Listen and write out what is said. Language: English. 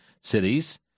cities